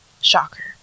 Shocker